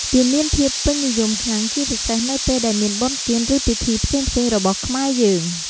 វាមានភាពពេញនិយមខ្លាំងជាពិសេសនៅពេលដែលមានបុណ្យទាន ឬពីធីផ្សេងៗរបស់ខ្មែរយើង។